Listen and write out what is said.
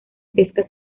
pesca